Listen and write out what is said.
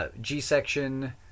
G-section